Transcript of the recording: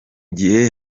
gihe